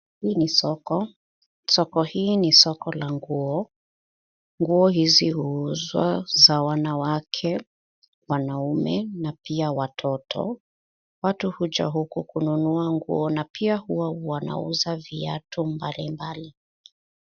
Hii ni soko, soko hii ni soko la nguo, nguo hizi huuzwa za wanawake, wanaume na pia watoto. Watu huja huku kununua nguo na pia huwa wanauza viatu mbalimbali.